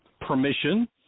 permission